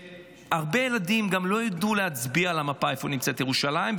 שהרבה ילדים גם לא ידעו להצביע על המפה איפה נמצאת ירושלים,